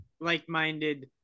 like-minded